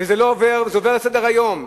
על זה עוברים לסדר-היום.